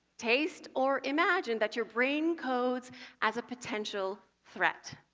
taste or imagine that your brain codes as a potential threat.